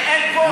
ואין פה,